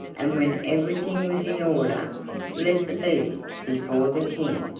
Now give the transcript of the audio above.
and when everything was in order led the beast before the king.